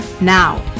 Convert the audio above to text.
Now